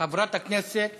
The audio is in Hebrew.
חברת הכנסת